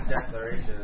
declaration